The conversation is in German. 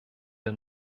der